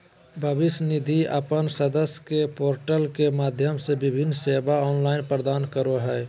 भविष्य निधि अपन सदस्य के पोर्टल के माध्यम से विभिन्न सेवा ऑनलाइन प्रदान करो हइ